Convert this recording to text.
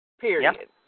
period